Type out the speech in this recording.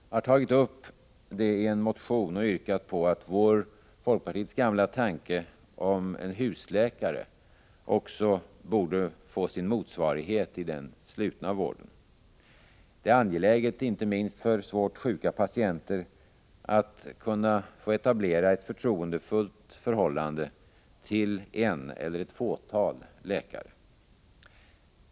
Jag har tagit upp detta i en motion och yrkat att folkpartiets gamla tanke om en husläkare också borde få sin motsvarighet i den slutna vården. Det är angeläget — inte minst för svårt sjuka patienter — att få etablera ett förtroendefullt förhållande till en eller ett fåtal läkare.